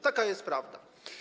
Taka jest prawda.